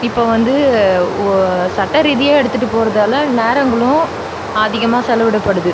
இப்போ வந்து ஒ சட்டரீதியாக எடுத்துகிட்டு போகறதால நேரங்களும் அதிகமாக செலவிடப்படுது